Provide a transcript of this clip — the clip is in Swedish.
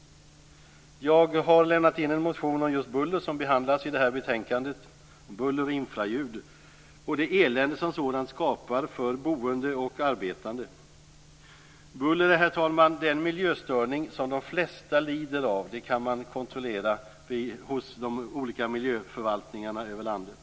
Jag har väckt en motion som behandlas i detta betänkande och som handlar om just buller och infraljud och om det elände som sådant skapar för boende och arbetande. Buller är, herr talman, den miljöstörning som de flesta lider av. Det kan man kontollera hos de olika miljöförvaltningarna i landet.